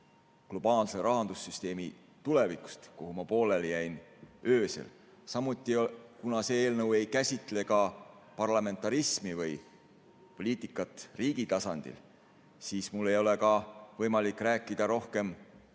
globaalse rahandussüsteemi tulevikust, kuhu ma öösel pooleli jäin. Samuti, kuna see eelnõu ei käsitle ka parlamentarismi või poliitikat riigi tasandil, siis mul ei ole ka võimalik rääkida rohkem